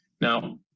Now